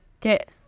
get